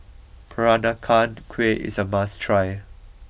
Peranakan Kueh is a must try